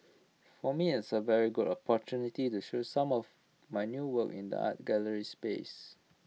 for me it's A very good opportunity to show some of my new work in the art gallery space